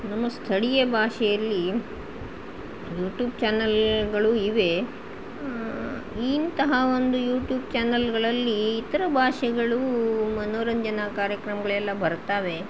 ನಮ್ಮ ಸ್ಥಳೀಯ ಭಾಷೆಯಲ್ಲಿ ಯೂಟ್ಯೂಬ್ ಚಾನಲ್ಗಳು ಇವೆ ಇಂತಹ ಒಂದು ಯೂಟ್ಯೂಬ್ ಚಾನಲ್ಗಳಲ್ಲಿ ಇತರ ಭಾಷೆಗಳು ಮನೋರಂಜನಾ ಕಾರ್ಯಕ್ರಮಗಳೆಲ್ಲ ಬರ್ತಾವೆ